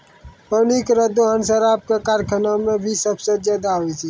पानी केरो दोहन शराब क कारखाना म भी सबसें जादा होय छै